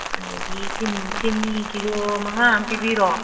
ꯑꯗꯒꯤ ꯆꯤꯅꯤ ꯀꯤꯂꯣ ꯃꯉꯥꯃ ꯄꯤꯕꯤꯔꯣ